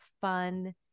fun